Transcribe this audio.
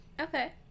Okay